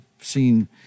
seen